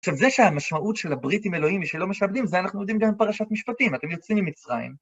עכשיו, זה שהמשמעות של הברית עם אלוהים היא שלא משעבדים, זה אנחנו יודעים גם מפרשת משפטים, אתם יוצאים ממצרים.